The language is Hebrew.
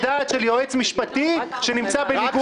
דעת של יועץ משפטי שנמצא בניגוד עניינים.